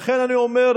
לכן אני אומר,